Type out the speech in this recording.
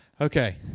Okay